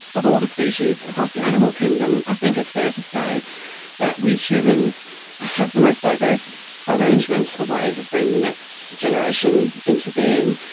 of all the species across the animal kingdom, i think it's fair to say that we humans have the most diverse arrangement of ways of bringing the next generation into being,